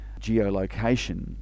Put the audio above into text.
geolocation